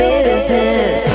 Business